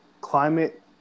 climate